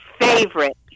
favorite